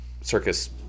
circus